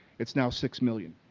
it's now six million.